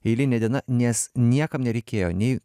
eilinė diena nes niekam nereikėjo nei